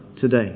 today